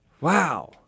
Wow